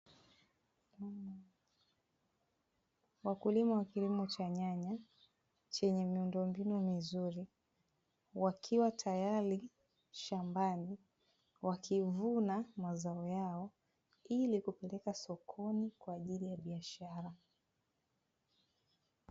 Wakulima wa kilimo cha nyanya chenye miundombinu mizuri wakiwa tayari shambani wakivuna mazao yao, ili kupeleka sokoni kwa ajili ya biashara.